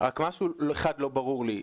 רק משהו אחד לא ברור לי.